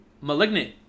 malignant